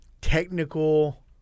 technical